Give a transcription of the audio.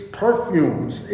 perfumes